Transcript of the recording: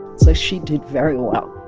so she did very well